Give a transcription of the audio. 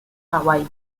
hawái